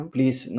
Please